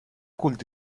could